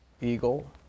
Eagle